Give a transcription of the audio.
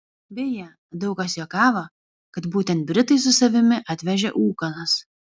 beje daug kas juokavo kad būtent britai su savimi atvežė ūkanas